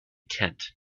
tent